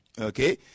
okay